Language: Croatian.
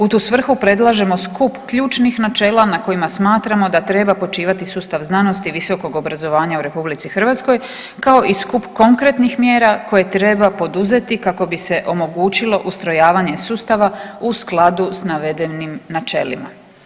U tu svrhu predlažemo skup ključnih načela na kojima smatramo da treba počivati sustav znanosti, visokog obrazovanja u Republici Hrvatskoj kao i skup konkretnih mjera koje treba poduzeti kako bi se omogućilo ustrojavanje sustava u skladu sa navedenim načelima.